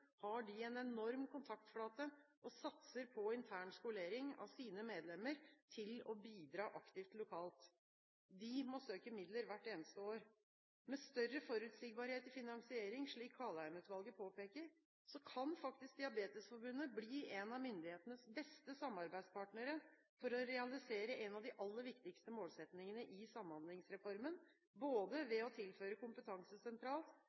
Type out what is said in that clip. satser på intern skolering av sine medlemmer til å bidra aktivt lokalt. De må søke midler hvert eneste år. Med større forutsigbarhet i finansieringen, slik Kaldheim-utvalget påpeker, kan faktisk Diabetesforbundet bli en av myndighetenes beste samarbeidspartnere for å realisere en av de aller viktigste målsettingene i Samhandlingsreformen, både